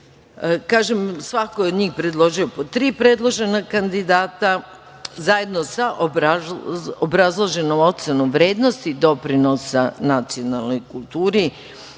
glasanjem. Svako od njih je predložio po tri predložena kandidata, zajedno sa obrazloženom ocenom vrednosti doprinosa Nacionalnoj kulturi